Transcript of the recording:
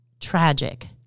tragic